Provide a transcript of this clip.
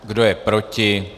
Kdo je proti?